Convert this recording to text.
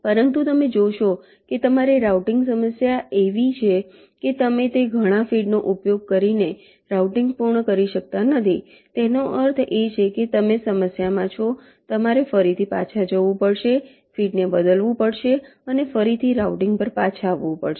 પરંતુ તમે જોશો કે તમારી રાઉટીંગ સમસ્યા એવી છે કે તમે તે ઘણા ફીડનો ઉપયોગ કરીને રાઉટીંગ પૂર્ણ કરી શકતા નથી તેનો અર્થ એ કે તમે સમસ્યામાં છો તમારે ફરીથી પાછા જવું પડશે ફીડને બદલવું પડશે અને ફરીથી રાઉટીંગ પર પાછા આવવું પડશે